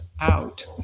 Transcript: out